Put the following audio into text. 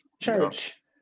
Church